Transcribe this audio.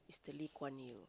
to Lee-Kuan-Yew